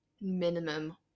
minimum